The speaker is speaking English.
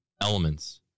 elements